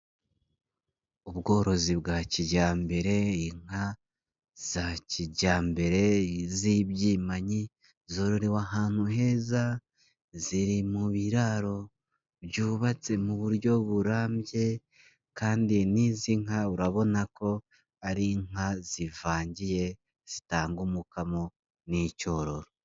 Ubworozi bwa kijyambere, inka za kijyambere, iz'ibyimanyi, zororewe ahantu heza, ziri mu biraro byubatse muburyo burambye kandi n'izi nka urabona ko ari inka zivangiye, zitanga umukamo n'icyororo.